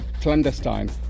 clandestine